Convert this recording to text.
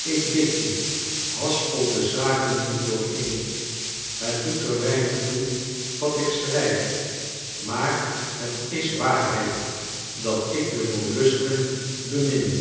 ik bid je haspel de zaken niet dooreen het doet er weinig toe wat ik schrijf maar het is waarheid dat ik de mollusken bemin